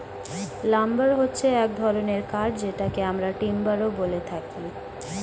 lumber হচ্ছে এক ধরনের কাঠ যেটাকে আমরা টিম্বারও বলে থাকি